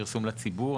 פרסום לציבור,